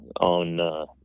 on